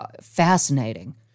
Fascinating